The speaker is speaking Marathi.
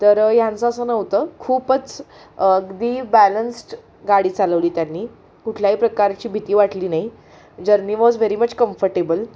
तर ह्यांचं असं नव्हतं खूपच अगदी बॅलन्स्ड गाडी चालवली त्यांनी कुठल्याही प्रकारची भीती वाटली नाही journey was very much comfortable